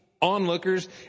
onlookers